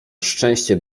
szczęście